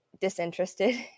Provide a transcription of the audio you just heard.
disinterested